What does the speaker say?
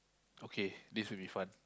okay this will be fun